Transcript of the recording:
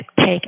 take